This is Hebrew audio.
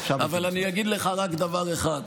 אבל אני אגיד לך רק דבר אחד: